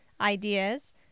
ideas